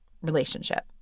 relationship